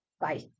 Bye